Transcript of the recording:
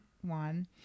one